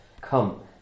Come